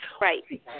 right